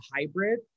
hybrid